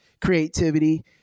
creativity